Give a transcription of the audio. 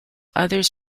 others